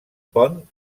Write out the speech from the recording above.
pont